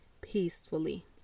peacefully